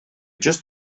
just